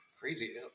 crazy